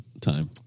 time